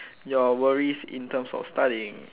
your worries in terms of studying